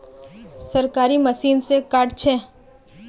सरकारी मशीन से कार्ड छै?